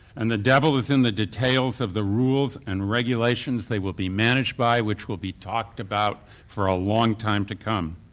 and the devil is in the details of the rules and regulations they will be managed by, which will be talked about for a long time to come.